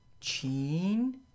Chin